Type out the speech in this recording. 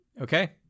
Okay